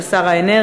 של שר האנרגיה,